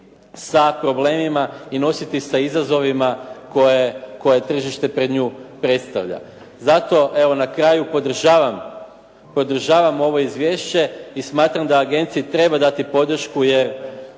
sa problemima i nositi sa izazovima koje tržište pred nju predstavlja. Zato, evo na kraju podržavam ovo izvješće i smatram da agenciji treba dati podršku jer